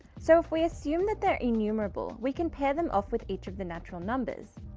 so if we assume that they're enumerable we can pair them off with each of the natural numbers.